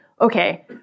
okay